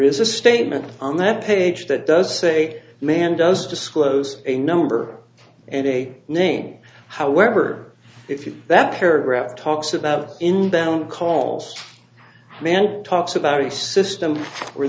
is a statement on that page that does say man does disclose a number and a name however if you that paragraph talks about inbound calls man talks about a system where